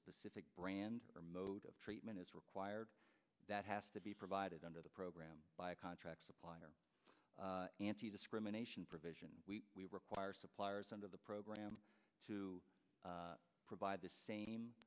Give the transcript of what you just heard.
specific brand or mode of treatment is required that has to be provided under the program by contract supplier antidiscrimination provision we require suppliers under the program to provide the same